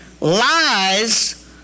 Lies